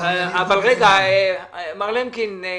רגע, מר למקין,